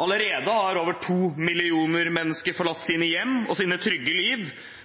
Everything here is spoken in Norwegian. Allerede har over 2 millioner mennesker forlatt